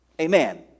Amen